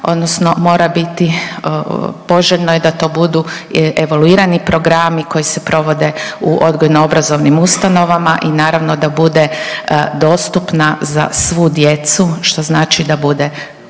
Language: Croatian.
odnosno mora biti, poželjno je da to budu evoluirani programi koji se provode u odgojno obrazovnim ustanovama i naravno da bude dostupna za svu djecu što znači da bude